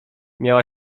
miała